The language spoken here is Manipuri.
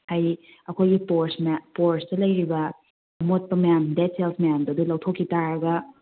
ꯍꯥꯏꯗꯤ ꯑꯩꯈꯣꯏꯒꯤ ꯄꯣꯁꯇ ꯂꯩꯔꯤꯕ ꯑꯃꯣꯠꯄ ꯃꯌꯥꯝ ꯗꯦꯗ ꯁꯦꯜꯁ ꯃꯌꯥꯝꯗꯣ ꯑꯗꯨ ꯂꯧꯊꯣꯛꯈꯤ ꯇꯥꯔꯒ